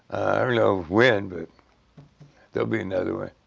i don't know when. but there'll be another one.